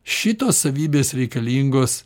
šitos savybės reikalingos